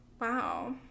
Wow